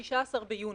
ביוני.